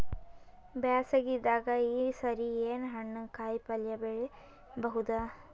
ಬ್ಯಾಸಗಿ ದಾಗ ಈ ಸರಿ ಏನ್ ಹಣ್ಣು, ಕಾಯಿ ಪಲ್ಯ ಬೆಳಿ ಬಹುದ?